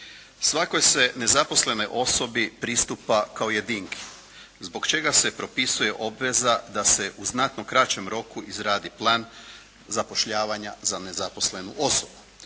Svakoj se nezaposlenoj osobi pristupa kao jedinki zbog čega se propisuje obveza da se u znatno kraćem roku izradi plan zapošljavanja za nezaposlenu osobu.